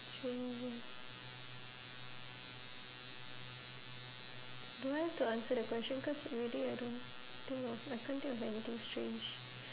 strangest do I have to answer the question cause really I don't think of I can't think of anything strange